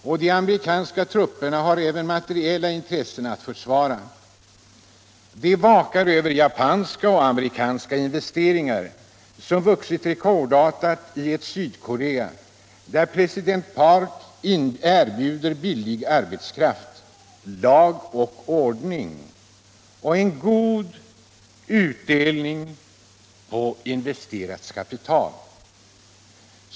Och de amerikanska trupperna har även materiella intressen att försvara. De vakar över japanska och amerikanska investeringar, som vuxit rekordartat i ett Sydkorea, där president Park erbjuder billig arbetskraft, lag och ordning och god utdelning på investerat kapital.